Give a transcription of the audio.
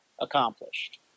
accomplished